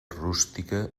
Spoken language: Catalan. rústica